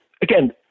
again